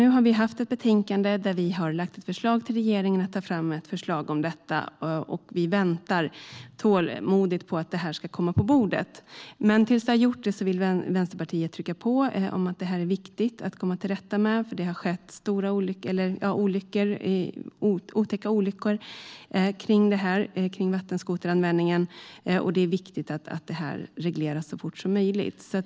Nu har vi ett betänkande där vi har lagt fram ett förslag till regeringen om att ta fram ett förslag om detta. Vi väntar tålmodigt på att det här ska komma på bordet. Tills det har gjort det vill Vänsterpartiet trycka på om att det här är viktigt att komma till rätta med, för det har skett otäcka olyckor vid vattenskoteranvändning. Det är viktigt att det här regleras så fort som möjligt.